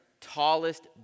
tallest